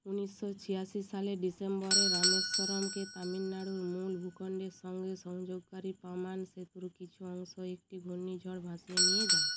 উনিশশো ছিয়াশি সালের ডিসেম্বরে রামেশ্বরমকে তামিলনাড়ুর মূল ভূখণ্ডের সঙ্গে সংযোগকারী পাম্বান সেতুর কিছু অংশ একটি ঘূর্ণিঝড় ভাসিয়ে নিয়ে যায়